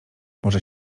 może